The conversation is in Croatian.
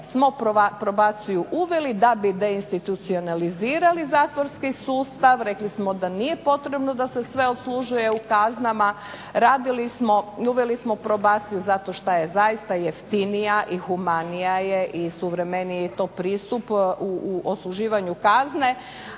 smo probaciju uveli da bi deinstitucionalizirali zakonski sustav, rekli smo da nije potrebno da se sve odslužuje u kaznama, radili smo, uveli smo probaciju zato što je zaista jeftinija i humanija i suvremeniji je to pristup u odsluživanju kazne,